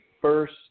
first